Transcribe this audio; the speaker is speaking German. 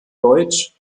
deutsch